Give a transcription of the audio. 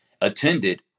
attended